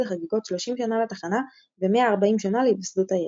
חגיגות 30 שנה לתחנה ו-140 שנה להיווסדות העיר.